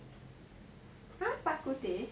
!huh! bak kut teh